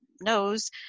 knows